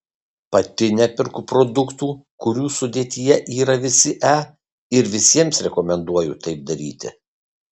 pati neperku produktų kurių sudėtyje yra visi e ir visiems rekomenduoju taip daryti